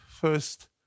first